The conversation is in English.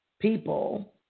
people